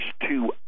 two